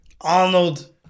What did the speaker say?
Arnold